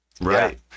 right